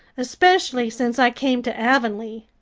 especially since i came to avonlea.